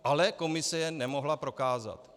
Ale komise je nemohla prokázat.